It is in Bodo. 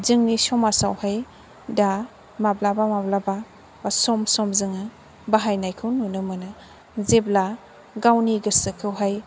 जोंनि समाजावहाय दा माब्लाबा माब्लाबा बा सम सम जोङो बाहायनायखौ नुनो मोनो जेब्ला गावनि गोसोखौहाय